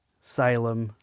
Salem